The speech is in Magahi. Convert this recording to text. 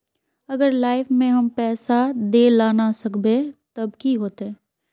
अगर लाइफ में हम पैसा दे ला ना सकबे तब की होते?